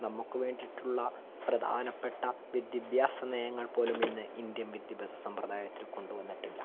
നമുക്ക് വേണ്ടിട്ടുള്ള പ്രധാനപ്പെട്ട വിദ്യാഭ്യാസ നയങ്ങൾപോലും ഇന്ന് ഇന്ത്യൻ വിദ്യാഭ്യാസ സമ്പ്രദായത്തിൽ കൊണ്ടുവന്നിട്ടില്ല